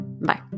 Bye